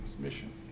mission